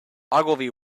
ogilvy